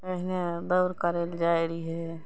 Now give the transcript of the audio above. पहिने दौड़ करै लए जाइ रहियै